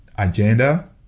Agenda